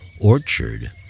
orchard